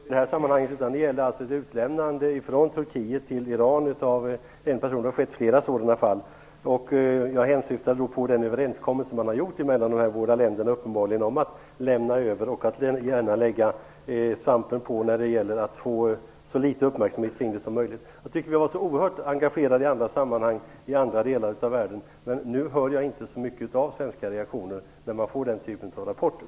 Herr talman! Det gällde inte kurderna i det här sammanhanget, utan det gällde ett utlämnande från Turkiet till Iran av en person - det har skett flera sådana fall. Jag hänsyftade på den överenskommelse man uppenbarligen har gjort mellan de här båda länderna om att lämna över och att gärna lägga svampen på när det gäller att få så litet uppmärksamhet som möjligt kring det. Vi har varit så oerhört engagerade i andra sammanhang i andra delar av världen, men nu hör jag inte så mycket av svenska reaktioner när man får den typen av rapporter.